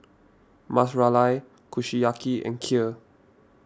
Ras Malai Kushiyaki and Kheer